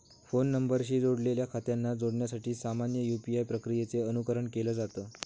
phone नंबरशी जोडलेल्या खात्यांना जोडण्यासाठी सामान्य यू.पी.आय प्रक्रियेचे अनुकरण केलं जात